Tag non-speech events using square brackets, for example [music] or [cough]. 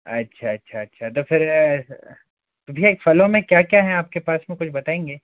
अच्छा अच्छा अच्छा तो फिर [unintelligible] भैया एक फलों में क्या क्या हैं आप के पास में कुछ बताएंगे